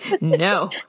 No